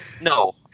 No